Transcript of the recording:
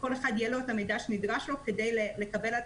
לכל אחד יהיה המידע שנדרש לו כדי לקבל את